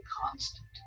constant